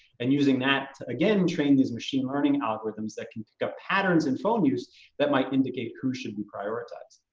and using that again, train these machine learning algorithms that can pick up patterns and phone use that might indicate who should we prioritize.